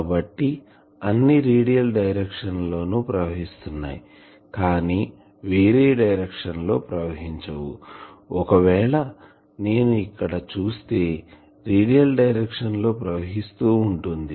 కాబట్టి అన్నిరేడియల్ డైరెక్షన్ లో ప్రవహిస్తున్నాయి కానీ వేరే డైరెక్షన్ లో ప్రవహించవు ఒకవేళ నేను ఇక్కడ చూస్తే రేడియల్ డైరెక్షన్ లో ప్రవహిస్తూ ఉంటుంది